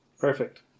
Perfect